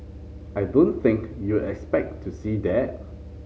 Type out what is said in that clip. I don't think you are expect to see that